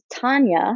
Tanya